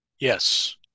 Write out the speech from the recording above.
Yes